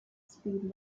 speed